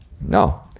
No